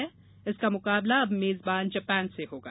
आज उसका मुकाबला मेजबान जापान से होगा